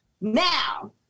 Now